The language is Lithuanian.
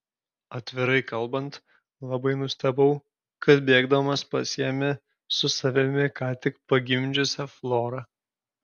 atvirai kalbant labai nustebau kad bėgdamas pasiėmė su savimi ką tik pagimdžiusią florą